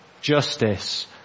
Justice